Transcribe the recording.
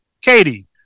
Katie